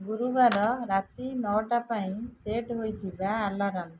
ଗୁରୁବାର ରାତି ନଅଟା ପାଇଁ ସେଟ୍ ହୋଇଥିବା ଆଲାର୍ମ